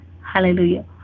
Hallelujah